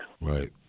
Right